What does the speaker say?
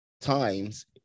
times